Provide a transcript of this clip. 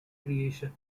creation